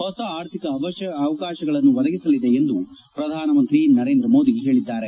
ಹೊಸ ಆರ್ಥಿಕ ಅವಕಾಶಗಳನ್ನು ಒದಗಿಸಲಿದೆ ಎಂದು ಶ್ರಧಾನಮಂತ್ರಿ ನರೇಂದ್ರ ಮೋದಿ ಹೇಳಿದ್ಗಾರೆ